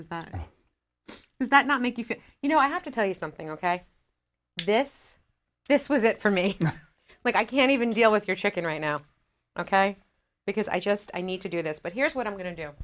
does that not make you feel you know i have to tell you something ok this this was it for me like i can't even deal with your chicken right now ok because i just i need to do this but here's what i'm going to do